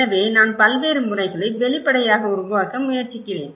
எனவே நான் பல்வேறு முறைகளை வெளிப்படையாக உருவாக்க முயற்சிக்கிறேன்